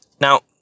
Now